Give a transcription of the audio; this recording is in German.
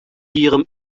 ihrem